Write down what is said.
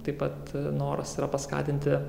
taip pat noras yra paskatinti